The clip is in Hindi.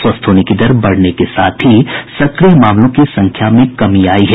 स्वस्थ होने की दर बढ़ने के साथ ही सक्रिय मामलों की संख्या में भी कमी आयी है